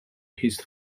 his